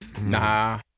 Nah